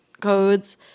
codes